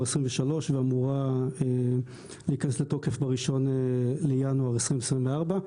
2023 ואמורה להיכנס לתוקף ב-1 לינואר 2024,